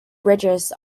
bridges